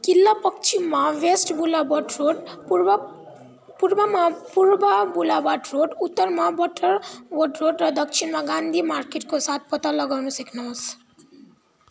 किल्ला पश्चिममा वेस्ट गुलाबर्ड रोड पूर्व पूर्वमा पूर्व गुलाबर्ड रोड उत्तरमा बटरवट रोड र दक्षिणमा गान्धी मार्केटको साथ पत्ता लगाउनु सिक्नुहोस